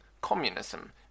Communism